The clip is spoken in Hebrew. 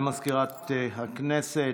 תודה למזכירת הכנסת.